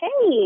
hey